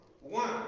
One